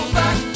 back